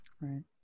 Right